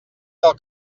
del